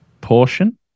portion